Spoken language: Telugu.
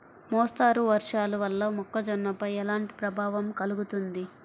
మోస్తరు వర్షాలు వల్ల మొక్కజొన్నపై ఎలాంటి ప్రభావం కలుగుతుంది?